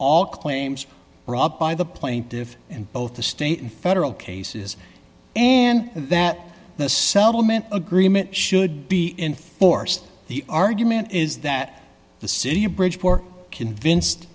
all claims by the plaintiffs and both the state and federal cases and that the settlement agreement should be enforced the argument is that the city of bridgeport convinced